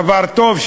דבר טוב,